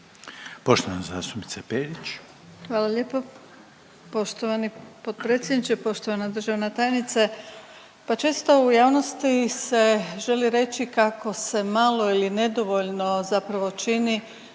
Poštovana zastupnica Perić.